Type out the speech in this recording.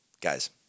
guys